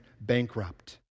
bankrupt